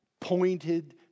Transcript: pointed